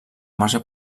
marge